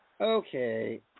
Okay